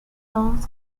zones